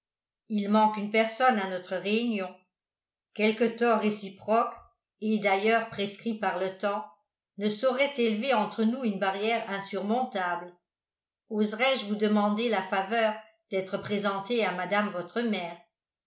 il manque une personne à notre réunion quelques torts réciproques et d'ailleurs prescrits par le temps ne sauraient élever entre nous une barrière insurmontable oserais-je vous demander la faveur d'être présenté à mme votre mère